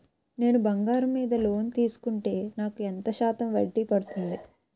నేను బంగారం మీద లోన్ తీసుకుంటే నాకు ఎంత శాతం వడ్డీ పడుతుంది?